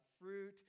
fruit